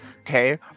Okay